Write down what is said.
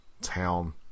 town